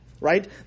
Right